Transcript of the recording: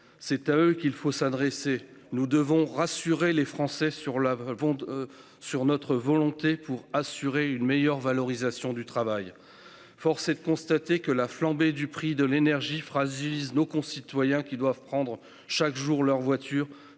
C'est à eux qu'il faut s'adresser. Nous devons rassurer les Français sur notre volonté de mieux valoriser le travail. J'y insiste, la flambée des prix de l'énergie fragilise nos concitoyens qui doivent prendre chaque jour leur voiture